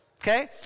Okay